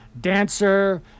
Dancer